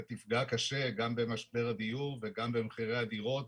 ותפגע קשה גם במשבר הדיור וגם במחירי הדירות,